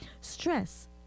Stress